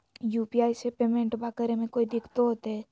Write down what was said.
UPI से पेमेंटबा करे मे कोइ दिकतो होते?